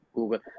Google